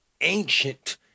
ancient